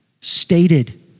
stated